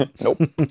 Nope